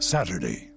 Saturday